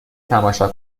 تماشا